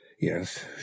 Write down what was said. Yes